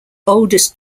oldest